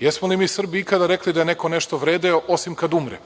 Jesmo li mi Srbi ikad rekli da je neko nešto vredeo osim kad umre.